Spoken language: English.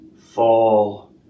fall